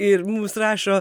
ir mums rašo